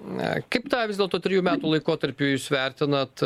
na kaip tą vis dėlto trijų metų laikotarpį jūs vertinat